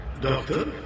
Doctor